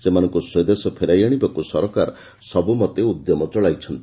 ସେମାନଙ୍କ ସ୍ୱଦେଶ ଫେରାଇ ଆଶିବାକୁ ସରକାର ସବ୍ରମନ୍ତେ ଉଦ୍ୟମ ଚଳାଇଛନ୍ତି